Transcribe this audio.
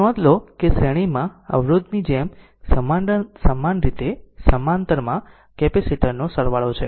તો નોંધ લો કે શ્રેણીમાં અવરોધની જેમ સમાન રીતે સમાંતરમાં કેપેસિટર નો સરવાળો છે